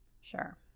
Sure